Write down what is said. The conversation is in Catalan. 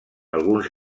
alguns